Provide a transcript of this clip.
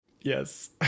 Yes